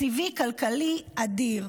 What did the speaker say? תקציבי-כלכלי אדיר.